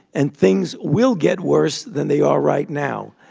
and things will get worse than they are right now.